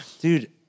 Dude